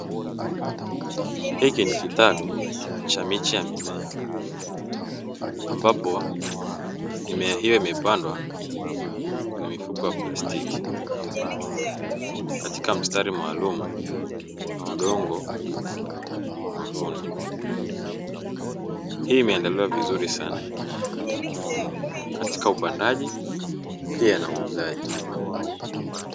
Hiki ni kitalu cha miche ya mimea ambapo mimea hiyo imepandwa kwenye mifuko ya plastiki katika mstari maalumu na udongo mwekundu, hii imeandaliwa vizuri sana katika upandaji pia na uuzaji.